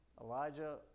Elijah